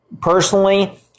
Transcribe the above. Personally